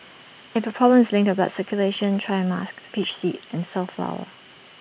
if your problem is linked to blood circulation try musk peach seed and safflower